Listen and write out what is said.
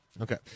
Okay